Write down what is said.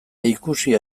ikusia